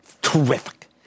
terrific